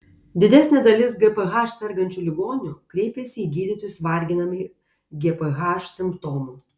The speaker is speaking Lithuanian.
didesnė dalis gph sergančių ligonių kreipiasi į gydytojus varginami gph simptomų